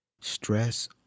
stress